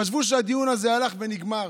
חשבו שהדיון הזה נגמר.